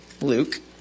Luke